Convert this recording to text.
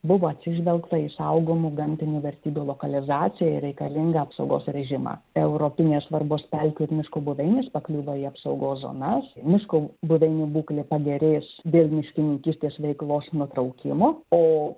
buvo atsižvelgta į saugomų gamtinių vertybių lokalizaciją ir reikalingą apsaugos režimą europinės svarbos pelkių miško buveinės pakliūva į apsaugos zonas miško buveinių būklė pagerės dėl miškininkystės veiklos nutraukimo o